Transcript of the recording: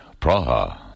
Praha